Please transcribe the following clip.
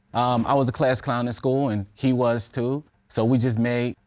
i was the class clown at school and he was too. so we just made,